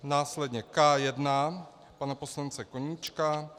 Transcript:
Následně K1 pana poslance Koníčka.